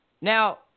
Now